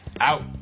out